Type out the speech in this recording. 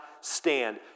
stand